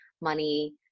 money